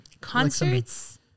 concerts